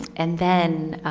and then,